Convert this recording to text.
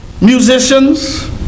Musicians